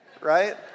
right